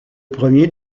premier